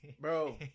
bro